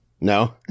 no